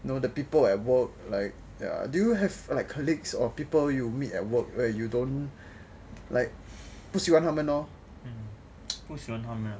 know the people at work like ya do you have colleagues or people you meet at work where you don't like 不喜欢他们咯